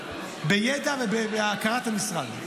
בידע ובהכרת המשרד.